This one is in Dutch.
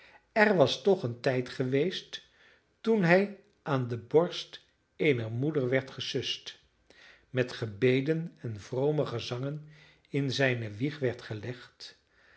mocht er was toch een tijd geweest toen hij aan de borst eener moeder werd gesust met gebeden en vrome gezangen in zijne wieg werd gelegd toen